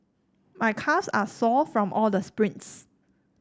my calves are sore from all the sprints